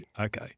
Okay